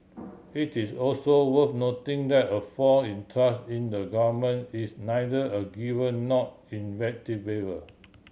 it is also worth noting that a fall in trust in the Government is neither a given nor